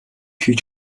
хийж